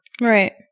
Right